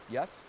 Yes